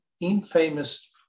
infamous